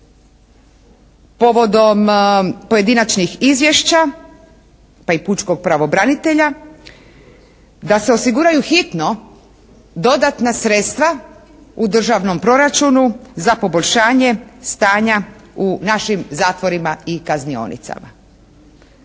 povodom pojedinačnih izvješća pa i pučkog pravobranitelja, da se osiguraju hitno dodatna sredstva u državnom proračunu za poboljšanje stanja u našim zatvorima i kaznionicama.